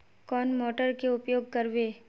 कौन मोटर के उपयोग करवे?